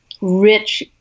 rich